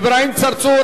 אברהים צרצור,